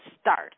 start